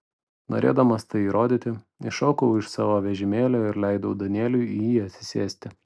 norėdamas tai įrodyti iššokau iš savo vežimėlio ir leidau danieliui į jį atsisėsti